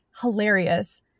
hilarious